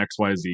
XYZ